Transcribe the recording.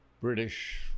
British